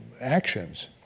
actions